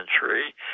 century